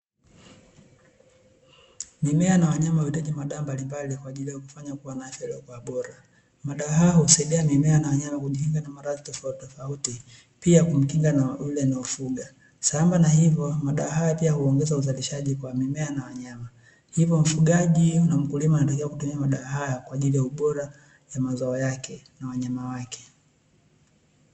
Mimea na wanyama wanahitaji madawa mbalimbali kwa ajili ya kuwafanya kuwa na afya iliyokuwa bora, madawa hayo husaidia wanyama na mimea kujikinga na maradhi tofauti tofauti pia kumkinga na yule anayefuga, sambamba na hivo madawa haya pia huongeza uzalishaji kwa mimea na wanyama, hivi mfugaji na mkulima anatakiwa kutumia madawa haya kwa ajili ya ubora wa mazao yake na wanyama wake.